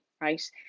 right